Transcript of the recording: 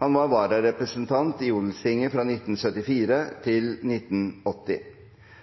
Han var varapresident i Odelstinget fra 1974 til 1980.